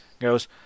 goes